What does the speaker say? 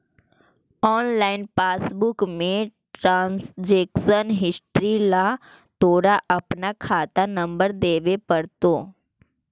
online passbook में transaction history ला तोरा अपना खाता नंबर देवे पडतो